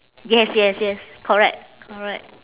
yes yes yes correct correct